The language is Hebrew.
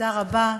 תודה רבה.